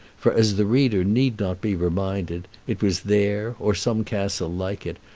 for, as the reader need not be reminded, it was there, or some castle like it,